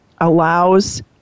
allows